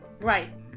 right